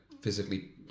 physically